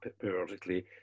periodically